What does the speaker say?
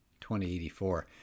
2084